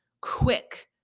quick